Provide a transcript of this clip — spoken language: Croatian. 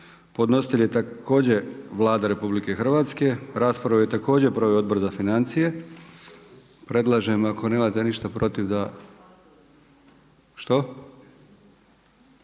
podnositelj je također Vlada Republike Hrvatske. Raspravu je također proveo Odbor za financije. Predlažem ako nemate ništa protiv da. Što?